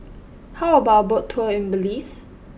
how about boat tour in Belize